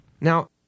Now